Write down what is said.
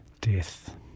Death